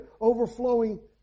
overflowing